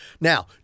Now